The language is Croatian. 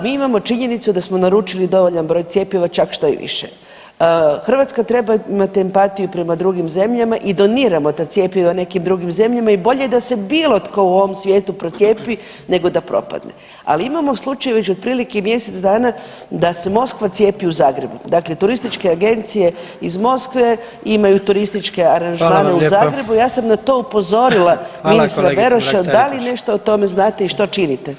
Mi imamo činjenicu da smo naručili dovoljan broj cjepiva, čak što i više, Hrvatska treba imati empatiju prema drugim zemljama i doniramo ta cjepiva nekim drugim zemljama i bolje je da se bilo tko u ovom svijetu procijepi nego da propadne, ali imamo slučaj već otprilike mjesec dana da se Moskva cijepi u Zagrebu, dakle turističke agencije iz Moskve imaju turističke aranžmane [[Upadica predsjednik: Hvala vam lijepa.]] u Zagrebu, ja sam na to upozorila ministra Beroša da li nešto o tome znate i što činite?